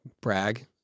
brag